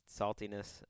saltiness